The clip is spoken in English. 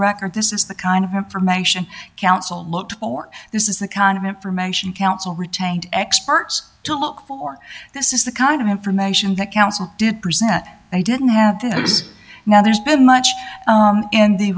record this is the kind of information counsel looked for this is the kind of information counsel retained experts to look for this is the kind of information that counsel did present i didn't have this now there's been much in the